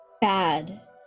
bad